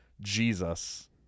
Jesus